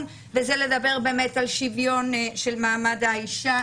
וזה לדבר באמת על שוויון של מעמד האישה,